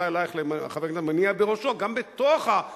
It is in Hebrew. חבר הכנסת ישראל אייכלר מניע ראשו, גם בתוך, נגיד,